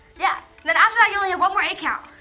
yeah. then after that you'll only have one more eight count.